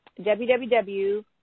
www